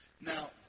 Now